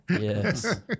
yes